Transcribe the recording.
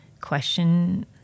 question